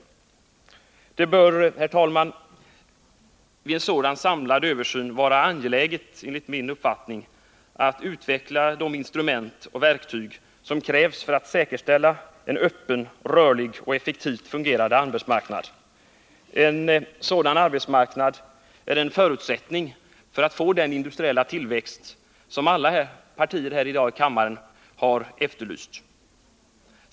Enligt min uppfattning bör det, herr talman, vid en samlad översyn vara angeläget att utveckla de instrument och de verktyg som krävs för att vi skall kunna säkerställa en öppen, rörlig och effektivt fungerande arbetsmarknad. En sådan arbetsmarknad är en förutsättning för att vi skall få den industriella tillväxt som alla partier har efterlyst här i kammaren.